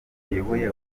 ayoboye